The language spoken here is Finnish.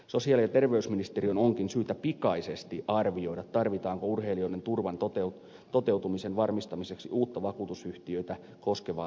sosiaali ja terveysministeriön onkin syytä pikaisesti arvioida tarvitaanko urheilijoiden turvan toteutumisen varmistamiseksi vakuutusyhtiöitä koskevaa uutta sääntelyä